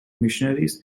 missionaries